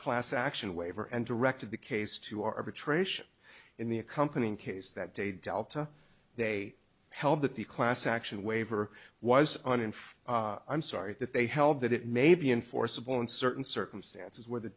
class action waiver and directed the case to arbitration in the accompanying case that day delta they held that the class action waiver was uninformed i'm sorry that they held that it may be enforceable in certain circumstances where the